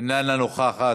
אינה נוכחת.